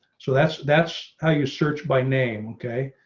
so that's that's how you search by name. okay,